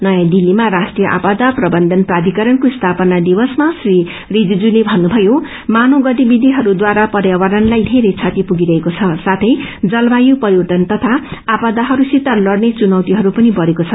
नयाँ दिल्लीमा राष्ट्रिय आपदा प्रबन्धन प्राष्क्रिारणको स्थाना दिवसमा श्री रिजिजुले भन्नुभयो मानव गतिविधिहरूद्वारा पर्यावरणलाई चेरै क्षति पुगिरहेको छ साथै जलवायु परिवर्तन तथा आपदाहरू सित लड़ने चुनौतीहरू पनि बढ़ेको छ